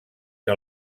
que